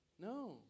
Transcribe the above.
No